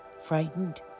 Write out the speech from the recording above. frightened